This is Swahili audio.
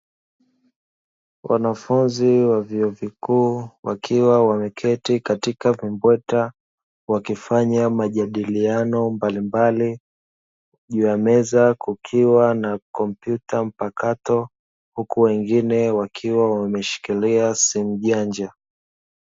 Wanafunzi wa vyuo vikuu wakiwa wameketi katika vimbweta, wakifanya majadiliano mbalimbali, juu ya meza kukiwa na kompyuta mpakato, huku wengine wakiwa wameshikilia simu janja.